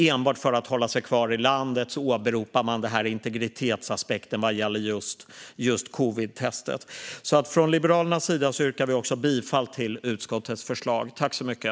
Enbart för att hålla sig kvar i landet åberopar man integritetsaspekten vad gäller just att ta covidtestet. Liberalerna yrkar också bifall till utskottets förslag i betänkandet.